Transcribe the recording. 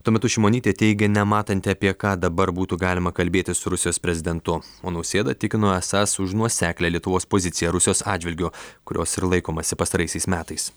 tuo metu šimonytė teigia nematanti apie ką dabar būtų galima kalbėti su rusijos prezidentu o nausėda tikino esąs už nuoseklią lietuvos poziciją rusijos atžvilgiu kurios ir laikomasi pastaraisiais metais